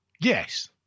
Yes